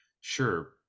sure